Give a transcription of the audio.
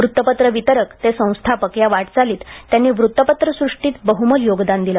वृत्तपत्र वितरक ते संस्थापक या वाटचालीत त्यांनी वृत्तपत्र सृष्टीत बहुमोल योगदान दिले